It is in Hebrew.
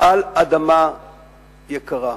על אדמה יקרה.